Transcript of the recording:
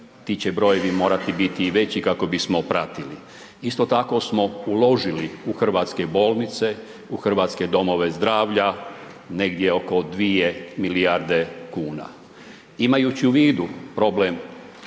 kao što pratite